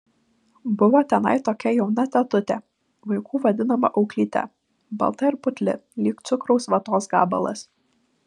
buvo tenai tokia jauna tetutė vaikų vadinama auklyte balta ir putli lyg cukraus vatos gabalas